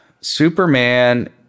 Superman